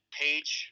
page